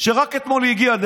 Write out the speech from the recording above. שרים,